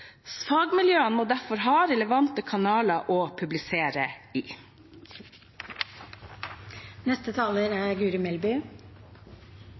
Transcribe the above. Fagmiljøene må derfor ha relevante kanaler å publisere i.